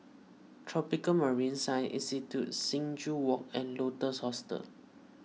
Tropical Marine Science Institute Sing Joo Walk and Lotus Hostel